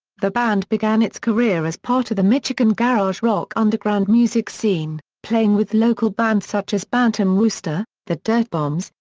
the band began its career as part of the michigan garage rock underground music scene, playing with local bands such as bantam rooster, the dirtbombs,